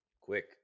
quick